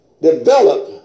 develop